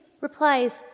replies